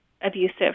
abusive